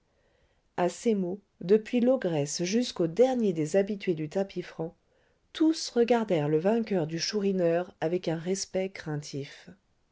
à ces mots depuis l'ogresse jusqu'au dernier des habitués du tapis franc tous regardèrent le vainqueur du chourineur avec un respect craintif